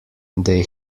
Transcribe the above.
they